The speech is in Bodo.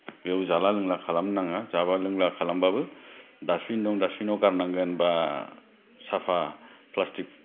बेयाव जाला लोंला खालामनाङा जाबा लोंला खालामबाबो दास्तबिन दं दास्तबिनाव गारनांगोन बा साफा प्लास्तिक